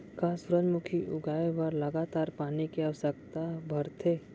का सूरजमुखी उगाए बर लगातार पानी के आवश्यकता भरथे?